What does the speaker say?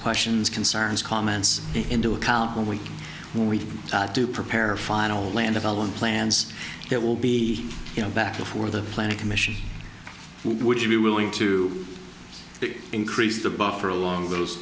questions concerns comments into account when we when we do prepare a final land of ellen plans that will be back for the planning commission would you be willing to big increase the buffer along t